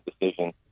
decision